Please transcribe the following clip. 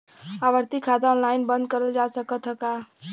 आवर्ती खाता ऑनलाइन बन्द करल जा सकत ह का?